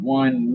one